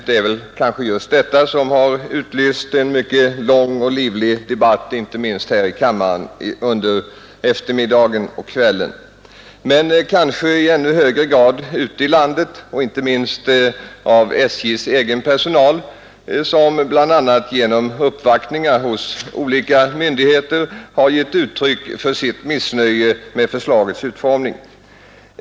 Det är väl kanske just därför som den utlöst en mycket lång och livlig debatt här i kammaren under eftermiddagen och kvällen men kanske i ännu högre grad ute i landet, inte minst bland SJ:s egen personal, som bl.a. genom uppvaktningar hos olika myndigheter givit uttryck för sitt missnöje med förslagets utformning.